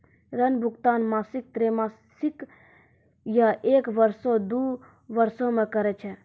ऋण भुगतान मासिक, त्रैमासिक, या एक बरसो, दु बरसो मे करै छै